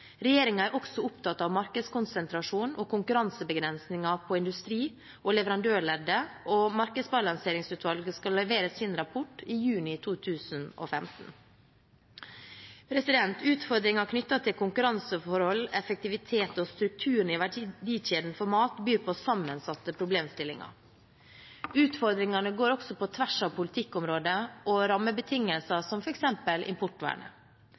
er også opptatt av markedskonsentrasjon og konkurransebegrensninger på industri- og leverandørleddet, og Markedsbalanseringsutvalget skal levere sin rapport i juni 2015. Utfordringer knyttet til konkurranseforhold, effektivitet og strukturen i verdikjeden for mat byr på sammensatte problemstillinger. Utfordringene går også på tvers av politikkområder og rammebetingelser, som f.eks. importvernet.